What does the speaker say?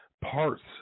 parts